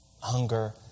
hunger